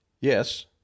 Yes